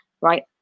right